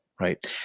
right